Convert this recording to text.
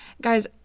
Guys